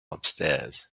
upstairs